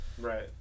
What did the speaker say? right